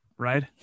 right